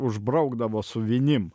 užbraukdavo su vinim